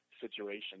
situation